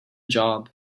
job